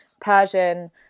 Persian